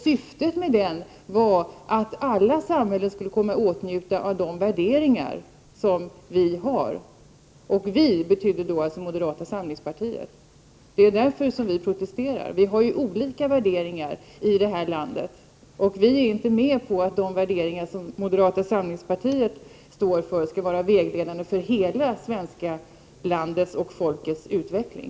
Syftet med den var att alla samhällen skulle komma i åtnjutande av de värderingar som vi har — och vi betydde då alltså moderata samlingspartiet. Det är därför som vi protesterar. Vi har ju olika värderingar i det här landet. Vi är inte med på att de värderingar som moderata samlingspartiet står för skall vara vägledande för hela Sveriges och hela svenska folkets utveckling.